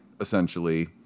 essentially